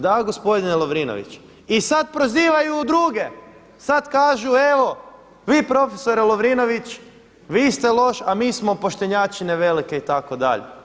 Da gospodine Lovrinoviću i sada prozivaju druge, sada kažu evo vi profesore Lovrinović vi ste loš, a mi smo poštenjačine velike itd.